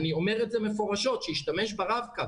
אני אומר את זה מפורשות: שישתמש ברב-קו.